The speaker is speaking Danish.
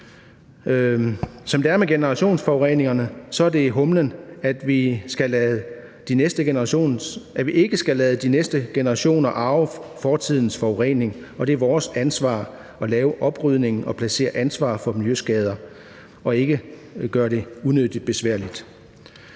Som det er med generationsforureningerne, er humlen, at vi ikke skal lade de næste generationer arve fortidens forurening, og det er vores ansvar at lave oprydningen og placere ansvar for miljøskader og ikke gøre det unødigt besværligt.